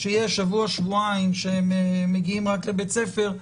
שיש שבוע-שבועיים שהם מגיעים רק ל בית ספר,